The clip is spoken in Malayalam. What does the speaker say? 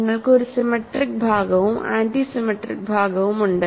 നിങ്ങൾക്ക് ഒരു സിമെട്രിക് ഭാഗവും ആന്റി സിമെട്രിക് ഭാഗവുമുണ്ട്